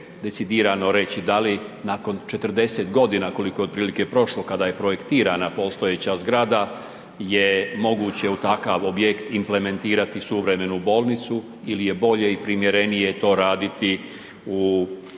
decidirano reći da li nakon 40 godina koliko je otprilike prošlo kada je projektirana postojeća zgrada je moguće u takav objekt implementirati suvremenu bolnicu ili je bolje i primjerenije to raditi u novome